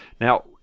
Now